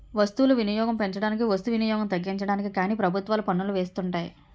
వస్తువులు వినియోగం పెంచడానికి వస్తు వినియోగం తగ్గించడానికి కానీ ప్రభుత్వాలు పన్నులను వేస్తుంటాయి